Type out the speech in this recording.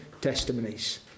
testimonies